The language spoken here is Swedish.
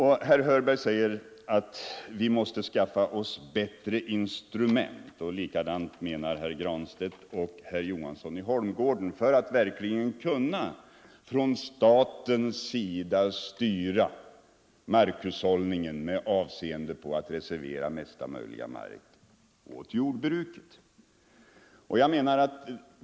Herr Hörberg säger att vi måste skaffa oss bättre instrument — detsamma menar herr Granstedt och herr Johansson i Holmgården — för att man från statens sida verkligen skall kunna styra markhushållningen med avseende på att reservera mesta möjliga mark åt jordbruket.